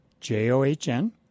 J-O-H-N